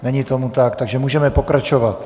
Není tomu tak, takže můžeme pokračovat.